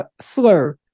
slur